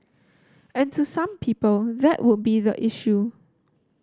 and to some people that would be the issue